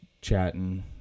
chatting